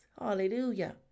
Hallelujah